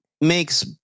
makes